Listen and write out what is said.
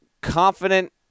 confident